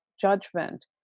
judgment